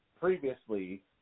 previously